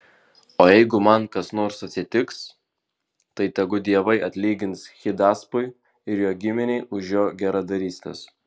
o jeigu man kas nors atsitiks tai tegu dievai atlygins hidaspui ir jo giminei už jo geradarystes